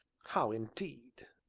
how indeed!